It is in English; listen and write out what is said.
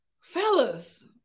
fellas